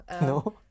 No